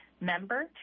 member